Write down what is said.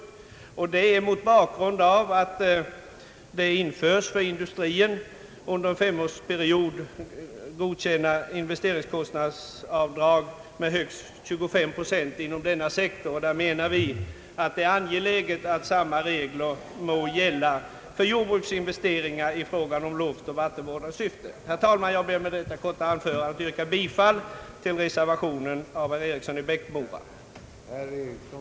Detta har vi gjort mot bakgrunden av att det införts regler om att under:en femårsperiod statsbidrag skall utgå till industrin med:-högst:25: procent av godkänd investeringskostnad inom. denna : sek or. Vi menar att det är angeläget att samma regler bör gälla för de investeringar inom jordbruket som görs i. Juft Herr talman! Jag ber att med. detta korta anförande få yrka bifall till reservationen av herr Eriksson i. Bäckmora och herr Sundkvist.